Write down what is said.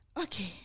Okay